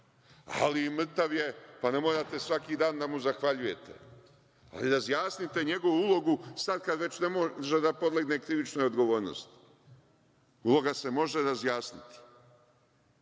ali mrtav je, pa ne morate svaki dan da mu zahvaljujete. Ali, razjasnite njegovu ulogu sad kad ne može da podlegne krivičnoj odgovornosti. Uloga se može razjasniti. Ne